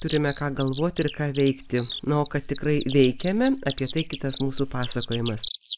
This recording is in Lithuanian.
turime ką galvoti ir ką veikti na o kad tikrai veikiame apie tai kitas mūsų pasakojimas